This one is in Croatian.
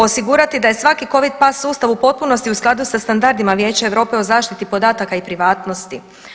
Osigurati da je svaki Covid Pass sustav u potpunosti u skladu sa standardima Vijeća EU o zaštiti podataka i privatnosti.